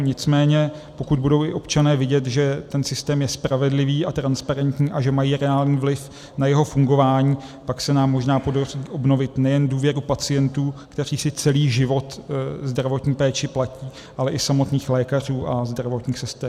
Nicméně pokud budou i občané vidět, že ten systém je spravedlivý a transparentní a že mají reálný vliv na jeho fungování, pak se nám možná podaří obnovit nejen důvěru pacientů, kteří si celý život zdravotní péči platí, ale i samotných lékařů a zdravotních sester.